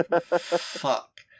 Fuck